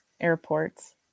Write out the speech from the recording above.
airports